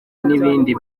n’ibindi